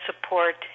support